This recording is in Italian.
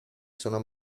sono